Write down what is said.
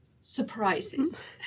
surprises